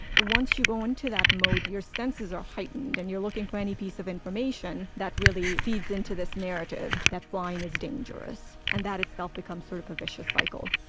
once you go into that mode, your senses are heightened and you're looking for any piece of information that really feeds into this narrative that flying is dangerous and that itself becomes sort of a vicious cycle